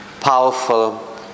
powerful